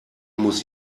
muss